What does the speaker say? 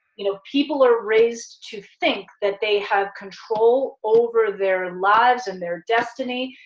you know people are raised to think that they have control over their lives and their destiny,